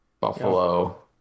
Buffalo